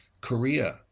Korea